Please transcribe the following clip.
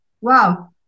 wow